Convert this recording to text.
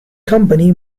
company